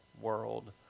world